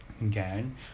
Again